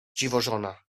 dziwożona